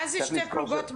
מה זה שתי פלוגות מג"ב?